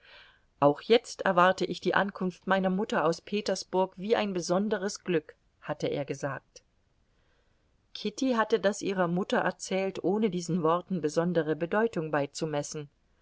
auch jetzt erwarte ich die ankunft meiner mutter aus petersburg wie ein besonderes glück hatte er gesagt kitty hatte das ihrer mutter erzählt ohne diesen worten besondere bedeutung beizumessen